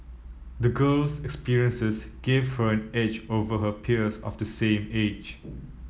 the girl's experiences gave her an edge over her peers of the same age